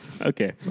Okay